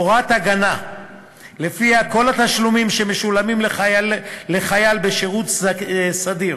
הוראת הגנה שלפיה כל התשלומים שמשולמים לחייל בשירות סדיר